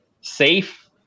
safe